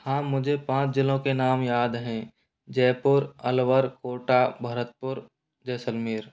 हाँ मुझे पाँच ज़िलों के नाम याद हैं जयपुर अलवर कोटा भरतपुर जैसलमेर